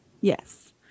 Yes